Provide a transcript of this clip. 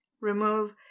Remove